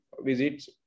visits